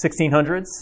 1600s